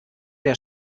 der